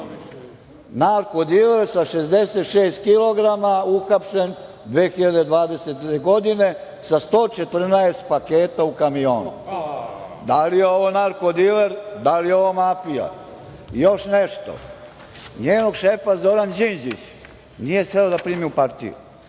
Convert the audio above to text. Narko diler sa 66 kilograma uhapšen 2020. godine sa 114 paketa u kamionu. Da li je ovo narko diler, da li je ovo mafija? Još nešto. Njenog šefa Zoran Đinđić nije smeo da primi u partiju.